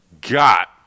Got